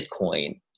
Bitcoin